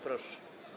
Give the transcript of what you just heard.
Proszę.